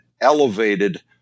elevated